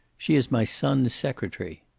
she is my son's secretary.